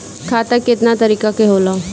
खाता केतना तरीका के होला?